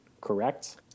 correct